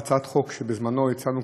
בהצעת חוק שבזמנו הצענו,